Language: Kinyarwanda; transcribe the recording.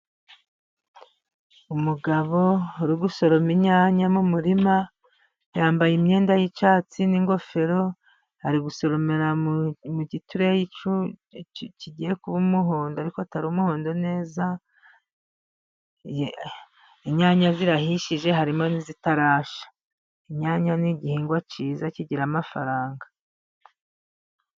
Umugabo uri gusoroma inyanya mu murima, yambaye imyenda y'icyatsi n'ingofero. Ari gusoromera mu gitureyi kigiye kuba umuhondo, ariko atari umuhodo neza. Inyanya zirahishije, harimo n'izitarashya. Inyanya ni igihingwa cyiza kigira amafaranga.